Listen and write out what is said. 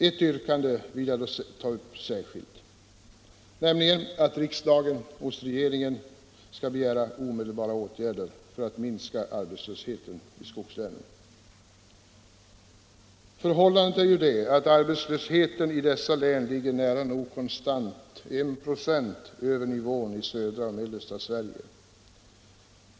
Ett yrkande vill jag dock ta upp särskilt, nämligen att riksdagen hos regeringen skall begära omedelbara åtgärder för att minska arbetslösheten i skogslänen. Förhållandet är det att arbetslösheten i dessa län ligger nära nog konstant 1 96 över nivån i södra och mellersta Sverige.